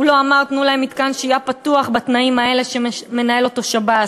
הוא לא אמר תנו להם מתקן שהייה פתוח בתנאים האלה שמנהל אותו שב"ס,